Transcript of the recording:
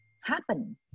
Happen